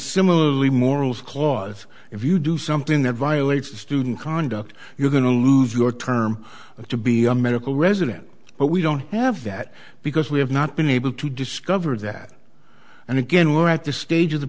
similarly morals clause if you do something that violates the student conduct you're going to lose your term to be a medical resident but we don't have that because we have not been able to discover that and again we're at the stage of the